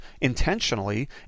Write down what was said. intentionally